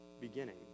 beginning